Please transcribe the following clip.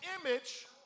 image